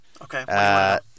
Okay